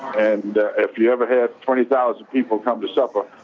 and if you ever had twenty thousand people come to supper,